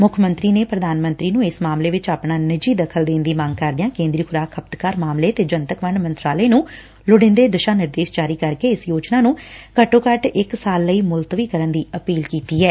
ਮੁੱਖ ਮੰਤਰੀ ਨੇ ਪੁਧਾਨ ਮੰਤਰੀ ਨੂੰ ਇਸ ਮਾਮਲੇ ਵਿਚ ਆਪਣਾ ਨਿੱਜੀ ਦਖ਼ਲ ਦੇਣ ਦੀ ਮੰਗ ਕਰਦਿਆਂ ਕੇਂਦਰੀ ਖੁਰਾਕ ਖ਼ਪਤਕਾਰ ਮਾਮਲੇ ਤੇ ਜਨਤਕ ਵੰਡ ਮੰਤਰਾਲੇ ਨੂੰ ਲੋੜੀਂਦੇ ਦਿਸ਼ਾ ਨਿਰਦੇਸ਼ ਜਾਰੀ ਕਰਕੇ ਇਸ ਯੋਜਨਾ ਨੂੰ ਘੱਟੋ ਘੱਟ ਇਕ ਸਾਲ ਲਈ ਮੁੱਲਤਵੀ ਕਰਨ ਦੀ ਅਪੀਲ ਕੀਤੀ ਐ